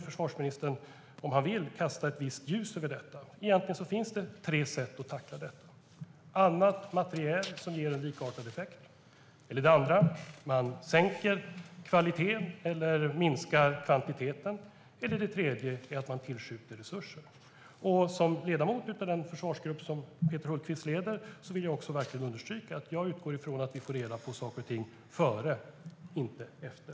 Försvarsministern kan, om han vill, kasta visst ljus över detta. Det finns tre sätt att tackla det på. Det första är annat materiel, som ger en likartad effekt, det andra är att man sänker kvaliteten eller minskar kvantiteten och det tredje är att man tillskjuter resurser. Som ledamot av den försvarsgrupp som Peter Hultqvist leder vill jag understryka att jag utgår från att vi får reda på saker och ting före, inte efter.